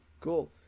Cool